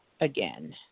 again